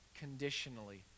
Conditionally